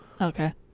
Okay